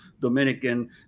Dominican